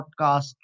podcast